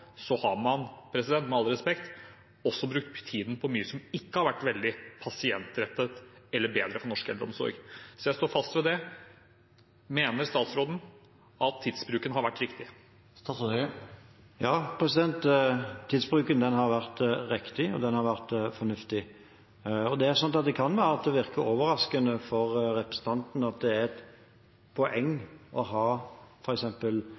så har man – med all respekt – også brukt tiden på mye som ikke har vært veldig pasientrettet eller bedre for norsk eldreomsorg. Jeg står fast ved det. Mener statsråden at tidsbruken har vært riktig? Ja, tidsbruken har vært riktig, og den har vært fornuftig. Det kan være at det virker overraskende for representanten at det er et poeng